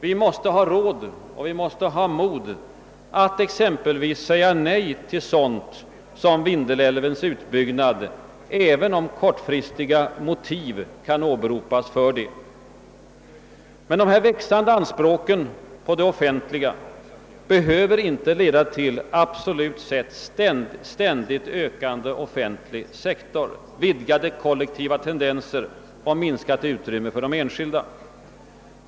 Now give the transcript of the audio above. Vi måste ha råd och vi måste ha mod att exempelvis säga nej till sådant som Vindelälvens utbyggnad, även om kortsiktiga motiv kunde åberopas för en sådan utbyggnad. Men de växande anspråken på det offentliga behöver inte leda till en absolut sett ständigt ökande offentlig sektor, vidgande kollektiva tendenser och minskat utrymme för de enskilda.